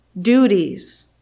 duties